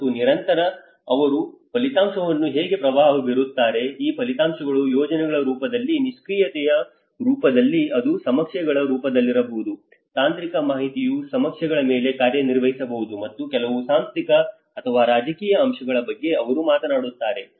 ಮತ್ತು ನಂತರ ಅವರು ಫಲಿತಾಂಶಗಳ ಮೇಲೆ ಹೇಗೆ ಪ್ರಭಾವ ಬೀರುತ್ತಾರೆ ಈ ಫಲಿತಾಂಶಗಳು ಯೋಜನೆಗಳ ರೂಪದಲ್ಲಿ ನಿಷ್ಕ್ರಿಯತೆಯ ರೂಪದಲ್ಲಿ ಅದು ಸಮೀಕ್ಷೆಗಳ ರೂಪದಲ್ಲಿರಬಹುದು ತಾಂತ್ರಿಕ ಮಾಹಿತಿಯು ಸಮೀಕ್ಷೆಗಳ ಮೇಲೆ ಕಾರ್ಯನಿರ್ವಹಿಸಬಹುದು ಮತ್ತು ಕೆಲವು ಸಾಂಸ್ಥಿಕ ಅಥವಾ ರಾಜಕೀಯ ಅಂಶಗಳ ಬಗ್ಗೆ ಅವರು ಮಾತನಾಡುತ್ತಾರೆ